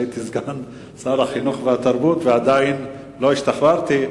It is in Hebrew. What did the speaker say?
שהייתי סגן שר החינוך והתרבות ועדיין לא השתחררתי,